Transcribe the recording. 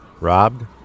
Robbed